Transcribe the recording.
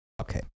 Okay